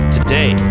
Today